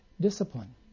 discipline